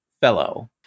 fellow